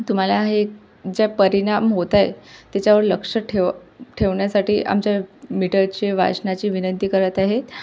तुम्हाला हे ज्या परिणाम होत आहे त्याच्यावर लक्ष ठेव ठेवण्यासाठी आमच्या मीटरचे वाचनाची विनंती करत आहेत